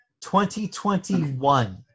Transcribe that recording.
2021